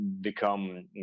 become